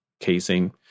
casing